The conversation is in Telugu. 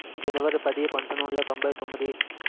జనవరి పది పంతొమ్మిది వందల తొంభై తొమ్మిది